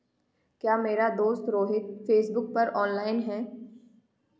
क्या मेरा दोस्त रोहित फेसबुक पर ऑनलाइन है